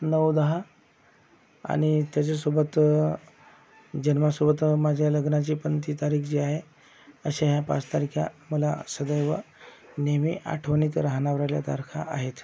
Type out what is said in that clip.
नऊ दहा आणि त्याच्यासोबत जन्मासोबत माझ्या लग्नाची पण ती तारीख जी आहे अशा ह्या पाच तारखा मला सदैव नेहमी आठवणीत राहणावऱ्याला तारखा आहेत